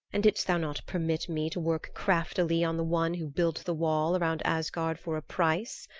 and didst thou not permit me to work craftily on the one who built the wall around asgard for a price?